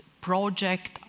project